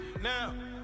now